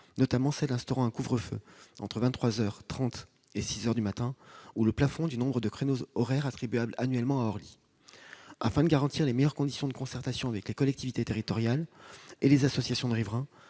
notamment celles instaurant un couvre-feu entre 23 heures 30 et 6 heures du matin ou le plafond du nombre de créneaux horaires attribuables annuellement à Orly. Afin de garantir les meilleures conditions de concertation avec les collectivités territoriales et les associations de riverains,